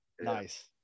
Nice